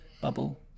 Bubble